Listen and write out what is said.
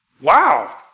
wow